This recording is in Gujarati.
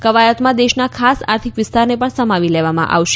ક્વાયતમાં દેશના ખાસ આર્થિક વિસ્તારને પણ સમાવી લેવામાં આવશે